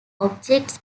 objects